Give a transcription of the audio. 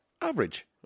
average